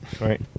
Right